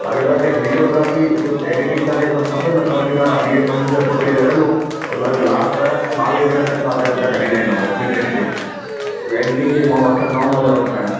अगरि तव्हांखे videography with editing तव्हांखे सभु खपनि त बि तव्हां वीह पंजवीह पकिड़े करे हलो त तव्हांखे लास्ट ॿावीह हज़ार तक मां तव्हांखे करे लाहींदमि विथ एडिटिंग एडिटिंग जो माण्हू अठ अठ नव नव हज़ार वठंदा आहिनि